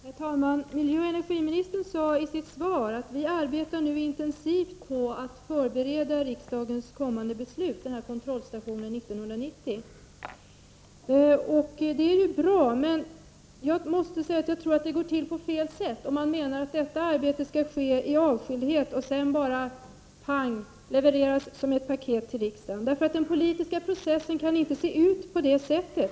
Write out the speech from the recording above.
Herr talman! Miljöoch energiministern sade i sitt svar att man nu arbetar intensivt på att förbereda riksdagens kommande beslut, kontrollstationen 1990. Det är ju bra, men jag måste säga att jag tror att det går till på fel sätt, om man menar att detta arbete skall ske i avskildhet och sedan levereras som ett paket till riksdagen. Den politiska processen kan inte se ut på det sättet.